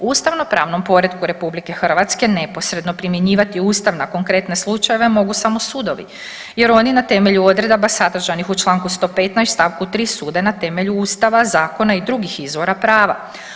U ustavno-pravnom poretku Republike Hrvatske neposredno primjenjivati Ustav na konkretne slučajeve mogu samo sudovi jer oni na temelju odredaba sadržanih u članku 115. stavku 3. sude na temelju Ustava, zakona i drugih izvora prava.